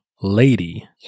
lady